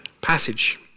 passage